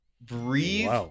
breathe